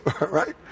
right